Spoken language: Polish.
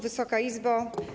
Wysoka Izbo!